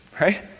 right